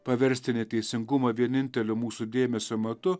paversti neteisingumą vieninteliu mūsų dėmesio matu